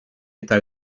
eta